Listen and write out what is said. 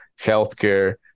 healthcare